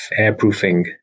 airproofing